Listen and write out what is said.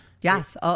Yes